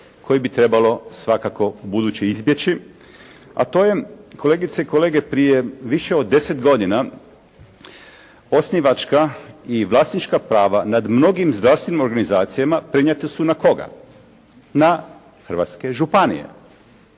koji bi trebalo svakako ubuduće izbjeći? A to je kolegice i kolege prije više od 10 godina osnivačka i vlasnička prava nad mnogim zdravstvenim organizacijama prenijete su na koga, na hrvatske županije,